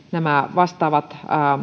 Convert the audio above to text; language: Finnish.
vastaavat